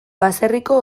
baserriko